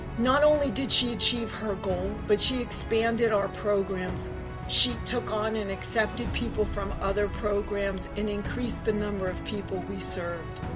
not only did she achieve her goal but she expanded our programs she took on and accepted people from other programs and increased the number of people we served.